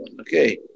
Okay